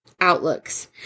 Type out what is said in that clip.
outlooks